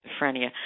schizophrenia